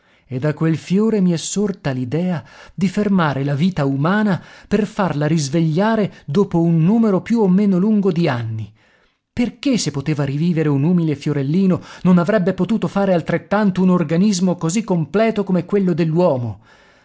e da quel fiore mi è sorta l'idea di fermare la vita umana per farla risvegliare dopo un numero più o meno lungo di anni perché se poteva rivivere un umile fiorellino non avrebbe potuto fare altrettanto un organismo così completo come quello